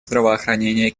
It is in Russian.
здравоохранения